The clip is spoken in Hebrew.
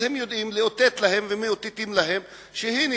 אז הם יודעים לאותת להם ומאותתים להם שהנה,